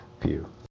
view